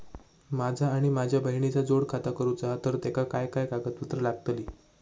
माझा आणि माझ्या बहिणीचा जोड खाता करूचा हा तर तेका काय काय कागदपत्र लागतली?